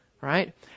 Right